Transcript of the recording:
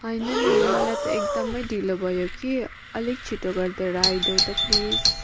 होइन नि मलाई त एकदम ढिलो भयो कि अलिक छिटो गरिदिएर आइदेऊ त प्लिज